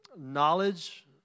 knowledge